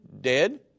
dead